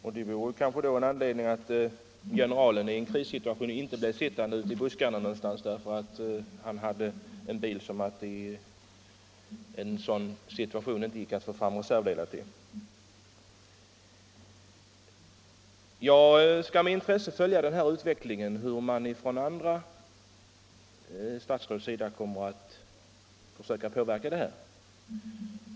En anledning är kanske att generalen i en krigssituation inte behöver bli sittande ute i buskarna därför att han har en bil som det i en sådan situation inte går att få fram reservdelar till. Jag skall med intresse följa hur andra statsråd kommer att försöka påverka utvecklingen i denna fråga.